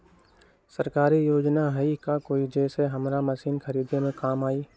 सरकारी योजना हई का कोइ जे से हमरा मशीन खरीदे में काम आई?